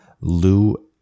Lou